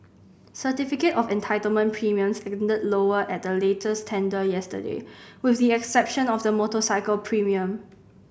certificate of entitlement premiums ended lower at the latest tender yesterday with the exception of the motorcycle premium